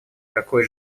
какой